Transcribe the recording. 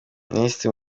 minisitiri